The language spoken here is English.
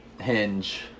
hinge